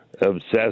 obsessed